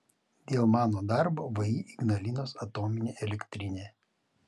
dėl mano darbo vį ignalinos atominė elektrinė